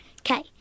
Okay